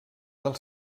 del